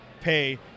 pay